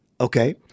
Okay